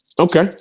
Okay